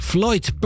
Floyd